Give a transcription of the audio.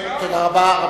תודה רבה.